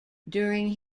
during